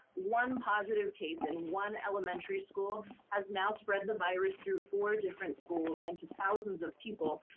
one positive case in one elementary school has now spread the virus through four different schools and to thousands of people.